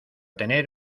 tener